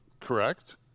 correct